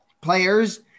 players